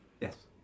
Yes